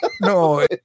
No